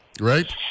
right